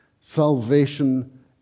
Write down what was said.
salvation